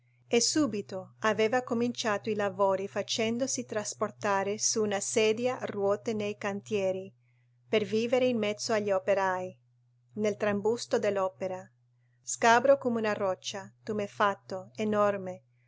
e subito aveva cominciato i lavori facendosi trasportare su una sedia a ruote nei cantieri per vivere in mezzo agli operai nel trambusto dell'opera scabro come una roccia tumefatto enorme